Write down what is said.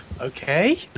Okay